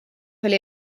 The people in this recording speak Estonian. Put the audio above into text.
oli